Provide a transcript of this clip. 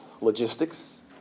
logistics